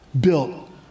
built